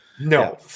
no